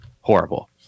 horrible